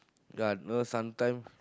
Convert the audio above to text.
got no sometime